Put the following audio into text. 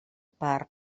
per